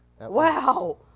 Wow